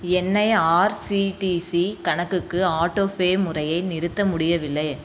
என் IRCTC கணக்குக்கு autopay முறையை நிறுத்த முடியவில்லை